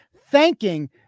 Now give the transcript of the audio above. thanking